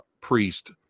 priest